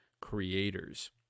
creators